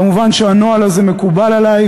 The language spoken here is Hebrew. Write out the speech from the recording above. מובן שהנוהל הזה מקובל עלי,